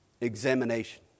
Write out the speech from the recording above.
examination